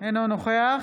אינו נוכח